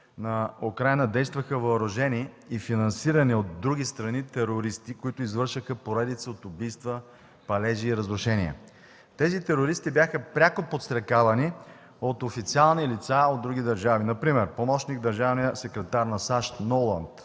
на Украйна действаха въоръжени и финансирани от други страни терористи, които извършваха поредица от убийства, палежи и разрушения. Тези терористи бяха пряко подстрекавани от официални лица от други държави, например помощник-държавния секретар на САЩ Ноланд,